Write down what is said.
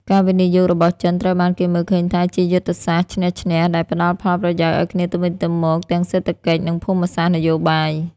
ការវិនិយោគរបស់ចិនត្រូវបានគេមើលឃើញថាជាយុទ្ធសាស្ត្រ "ឈ្នះ-ឈ្នះ" ដែលផ្ដល់ផលប្រយោជន៍ឱ្យគ្នាទៅវិញទៅមកទាំងសេដ្ឋកិច្ច និងភូមិសាស្ត្រនយោបាយ។